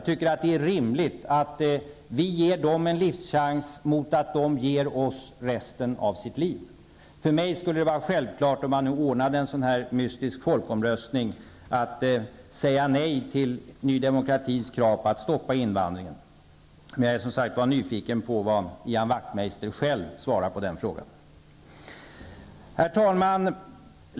Det är rimligt att vi ger dem en livschans mot att de ger oss resten av sitt liv. Om man nu ordnade en sådan här mystisk folkomröstning skulle det för mig vara självklart att säga nej till Ny Demokratis krav på att stoppa invandringen. Men jag är som sagt nyfiken på vad Ian Wachtmeister själv svarar på den frågan. Herr talman!